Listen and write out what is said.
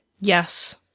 Yes